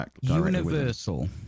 universal